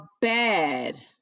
bad